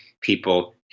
people